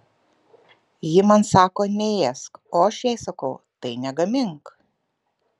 ji man sako neėsk o aš jai sakau tai negamink